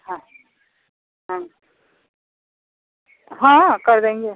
हाँ हाँ कर देंगे